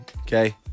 Okay